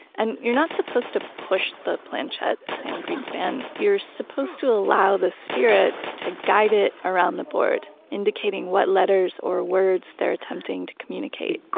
and you're not supposed to push the planchet, sam greenspan. you're supposed to allow the spirits to guide it around the board, indicating what letters or words they're attempting to communicate